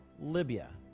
Libya